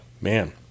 Man